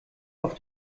auf